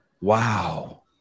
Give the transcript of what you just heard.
Wow